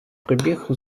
прибіг